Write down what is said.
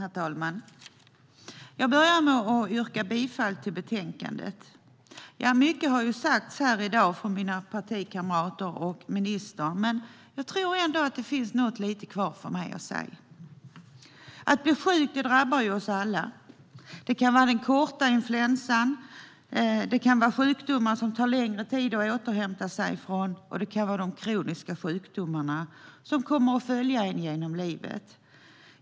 Herr talman! Jag börjar med att yrka bifall till utskottets förslag. Mycket har sagts av mina partikamrater och av ministern här i dag, men jag tror ändå att det finns något kvar för mig att säga. Att bli sjuk är något som drabbar oss alla. Det kan vara den korta influensan, sjukdomar som tar längre tid att återhämta sig från eller kroniska sjukdomar, som kommer att följa en genom livet.